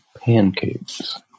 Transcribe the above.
pancakes